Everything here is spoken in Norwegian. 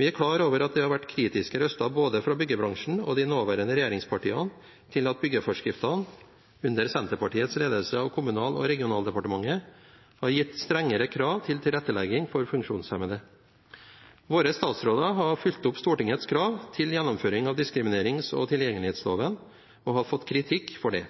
Vi er klar over at det har vært kritiske røster fra både byggebransjen og de nåværende regjeringspartiene til at byggeforskriftene under Senterpartiets ledelse av Kommunal- og regionaldepartementet har gitt strengere krav til tilrettelegging for funksjonshemmede. Våre statsråder har fulgt opp Stortingets krav til gjennomføring av diskriminerings- og tilgjengelighetsloven og har fått kritikk for det.